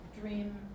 dream